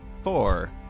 Four